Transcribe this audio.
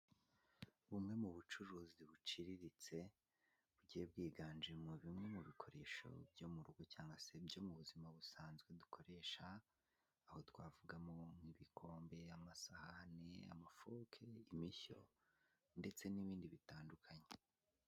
Bumwe mu bucuruzi buciriritse, bugiye bwiganjemo bimwe mu bikoresho byo mu rugo cyangwa se ibyo mu buzima busanzwe dukoresha, aho twavugamo nk'ibikombe, amasahani, amafoke, imishyo ndetse n'ibindi bitandukanye.